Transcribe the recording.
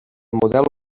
model